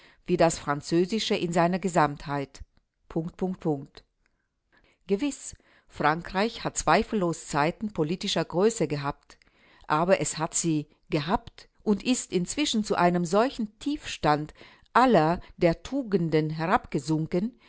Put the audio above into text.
wie das französische in seiner gesamtheit gewiß frankreich hat zweifellos zeiten politischer größe gehabt aber es hat sie gehabt und ist inzwischen zu einem solchen tiefstand aller der tugenden herabgesunken